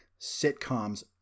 sitcoms